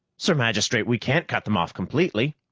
sir magistrate, we can't cut them off completely.